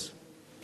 אז,